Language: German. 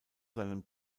seinem